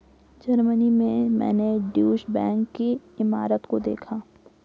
Germany में मैंने Deutsche bank की इमारत को देखा था